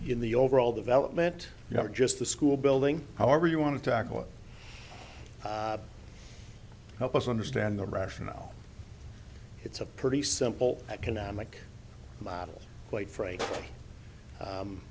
in the overall development not just the school building however you want to tackle it help us understand the rationale it's a pretty simple economic model quite frankly